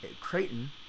Creighton